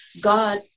God